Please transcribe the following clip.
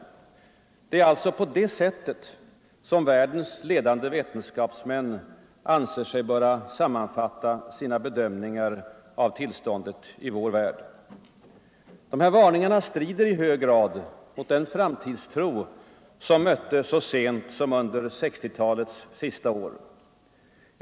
Det är alltså på det sättet som världens ledande vetenskapsmän anser sig böra sammanfatta sina bedömningar av tillståndet i vår värld. Varningarna strider i hög grad mot den framtidstro som mötte så sent som under 1960-talets sista år.